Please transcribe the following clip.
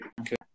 Okay